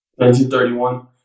1931